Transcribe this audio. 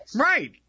Right